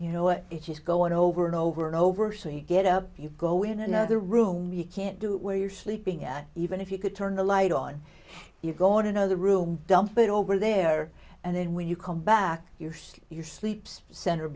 you know it just go on over and over and over so you get up you go in another room you can't do it where you're sleeping at even if you could turn the light on you go in another room dump it over there and then when you come back use your sleeps cent